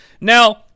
Now